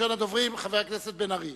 ראשון הדוברים, חבר הכנסת בן-ארי.